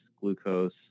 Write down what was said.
glucose